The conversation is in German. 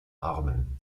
armen